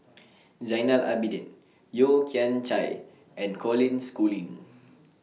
Zainal Abidin Yeo Kian Chai and Colin Schooling